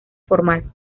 formal